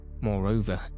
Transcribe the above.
Moreover